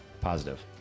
Positive